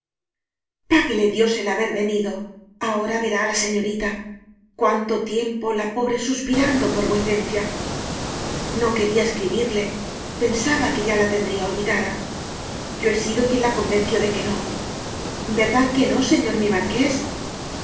páguele dios el haber venido ahora verá á la señorita cuánto tiempo la pobre suspirando por vuecencia no quería escri birle pensaba que ya la tendría olvidada yo he sido quien la convenció de que no verdad que no señor mi marqués